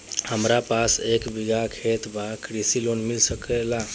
हमरा पास एक बिगहा खेत बा त कृषि लोन मिल सकेला?